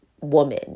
woman